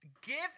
give